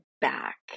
back